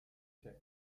quai